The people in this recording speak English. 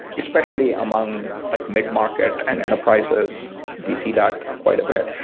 especially among like midmarket and enterprises, we see that ah quite a bit,